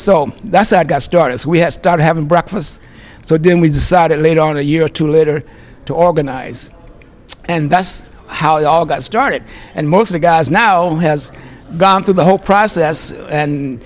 so that's a good start as we had started having breakfast so then we decided late on a year or two later to organize and that's how it all got started and most of the guys now has gone through the whole process and